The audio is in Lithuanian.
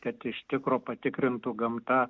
kad iš tikro patikrintų gamta